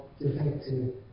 defective